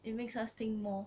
it makes us think more